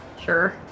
Sure